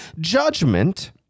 Judgment